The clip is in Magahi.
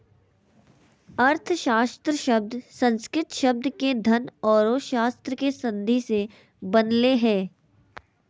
अर्थशास्त्र शब्द संस्कृत शब्द के धन औरो शास्त्र के संधि से बनलय हें